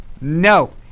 No